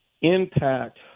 impact